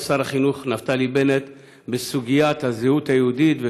שר החינוך נפתלי בנט בסוגיית הזהות היהודית.